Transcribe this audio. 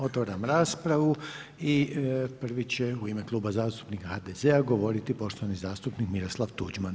Otvaram raspravu i prvi će u ime Kluba zastupnika HDZ-a govoriti poštovani zastupnik Miroslav Tuđman.